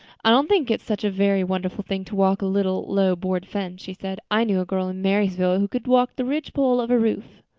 i don't think it's such a very wonderful thing to walk a little, low, board fence, she said. i knew a girl in marysville who could walk the ridgepole of a roof.